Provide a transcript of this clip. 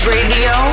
Radio